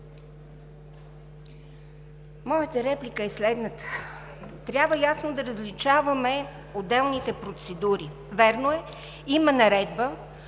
Моята реплика е следната: трябва ясно да различаваме отделните процедури. Вярно е, има наредба,